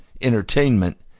entertainment